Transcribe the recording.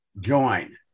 join